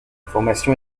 formation